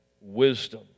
wisdom